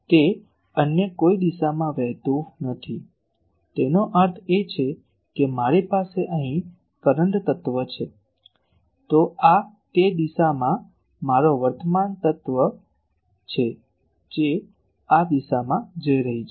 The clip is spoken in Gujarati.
તે અન્ય કોઈ દિશામાં વહેતું નથી તેનો અર્થ એ કે મારી પાસે અહીં કરંટ તત્વ છે આ તે આ દિશામાં મારો કરંટ તત્વ છે જે તે આ દિશામાં જઈ રહી છે